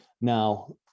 Now